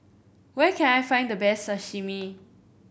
where can I find the best Sashimi